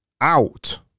out